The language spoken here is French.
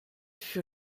fut